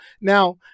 Now